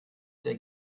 der